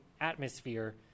atmosphere